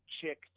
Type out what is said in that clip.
chick